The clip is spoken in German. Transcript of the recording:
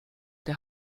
der